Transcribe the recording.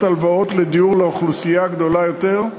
הלוואות לדיור לאוכלוסייה גדולה יותר,